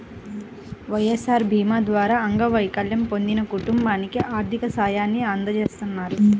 వైఎస్ఆర్ భీమా ద్వారా అంగవైకల్యం పొందిన కుటుంబానికి ఆర్థిక సాయాన్ని అందజేస్తారు